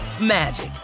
magic